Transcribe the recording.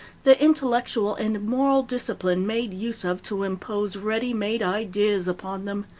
the intellectual and moral discipline made use of to impose ready-made ideas upon them,